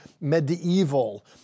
medieval